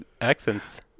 accents